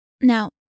Now